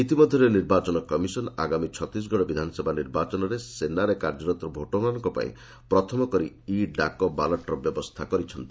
ଇତିମଧ୍ୟରେ ନିର୍ବାଚନ କମିଶନ୍ ଆଗାମୀ ଛତିଶଗଡ଼ ବିଧାନସଭା ନିର୍ବାଚନରେ ସେନାରେ କାର୍ଯ୍ୟରତ ଭୋଟରମାନଙ୍କପାଇଁ ପ୍ରଥମ କରି ଇ ଡାକ ବାଲାଟ୍ର ବ୍ୟବସ୍ଥା କରିଛନ୍ତି